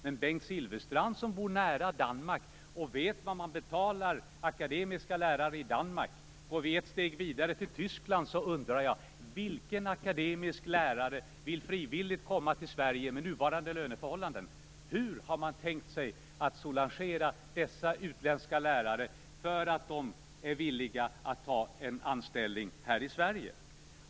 Men Bengt Silfverstrand som bor nära Danmark vet hur mycket man betalar akademiska lärare i Danmark. Och går man ett steg vidare till Tyskland så undrar jag: Vilken akademisk lärare vill frivilligt komma till Sverige med nuvarande löneförhållanden? Hur har man tänkt sig att soulagera dessa utländska lärare för att de skall vara villiga att ta en anställning här i Sverige?